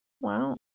Wow